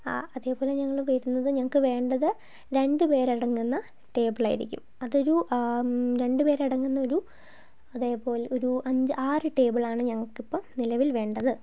അതേപോലെ ഞങ്ങൾ വരുന്നത് ഞങ്ങൾക്ക് വേണ്ടത് രണ്ടു പേര് അടങ്ങുന്ന ടേബിളായിരിക്കും അതൊരു രണ്ടു പേര് അടങ്ങുന്ന ഒരു അതേപോലെ ഒരു അഞ്ച് ആറ് ടേബിളാണ് ഞങ്ങൾക്കിപ്പം നിലവിൽ വേണ്ടത്